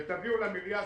ותביאו למליאה,